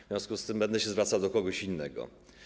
W związku z tym będę się zwracał do kogoś innego.